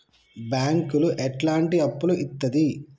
బ్యాంకులు ఎట్లాంటి అప్పులు ఇత్తది?